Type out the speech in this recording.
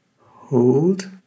Hold